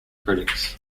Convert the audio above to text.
critics